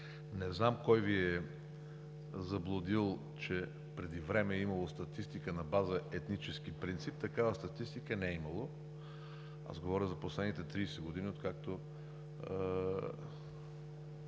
Не знам кой Ви е заблудил, че преди време е имало статистика на база етнически принцип. Такава статистика не е имало. Аз говоря за последните 30 години, откакто